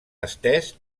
estès